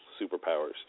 superpowers